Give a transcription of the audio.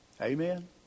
Amen